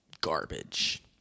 garbage